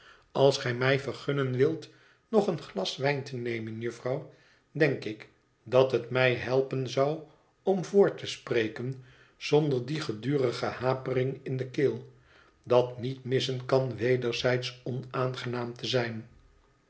als gij mij vergunnen wilt nog een glas wijn te nemen jufvrouw denk ik dat het mij helpen zou om voort te spreken zonder die gedurige hapering in de keel dat niet missen kan wederzijds onaangenaam te zijn